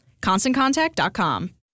ConstantContact.com